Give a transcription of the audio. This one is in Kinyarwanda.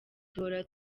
duhora